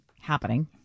happening